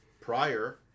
prior